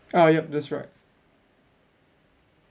ah yup that's right